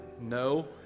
No